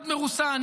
מאוד מרוסן,